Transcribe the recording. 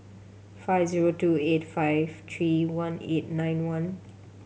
five zero two eight five three one eight nine one